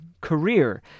career